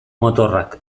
motorrak